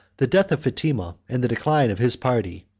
the death of fatima, and the decline of his party,